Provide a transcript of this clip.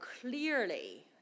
clearly